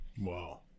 Wow